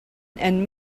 and